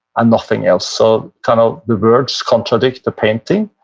and nothing else. so kind of, the words contradict the painting,